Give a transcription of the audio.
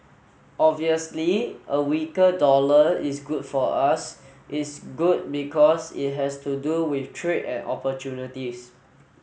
obviously a weaker dollar is good for us it's good because it has to do with trade and opportunities